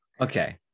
Okay